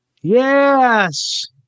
Yes